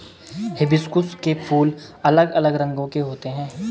hibiscus के फूल अलग अलग रंगो के होते है